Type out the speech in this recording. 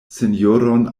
sinjoron